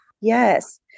Yes